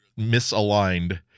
misaligned